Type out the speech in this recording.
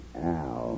Al